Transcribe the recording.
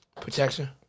Protection